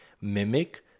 mimic